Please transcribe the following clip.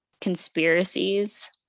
conspiracies